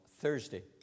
Thursday